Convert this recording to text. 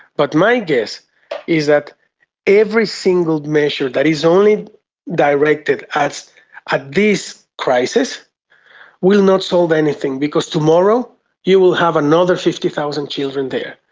but my guess is that every single measure that is only directed at ah this crisis will not solve anything, because tomorrow you will have another fifty thousand children there.